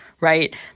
right